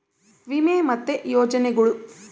ವಿಮೆ ಮತ್ತೆ ಯೋಜನೆಗುಳು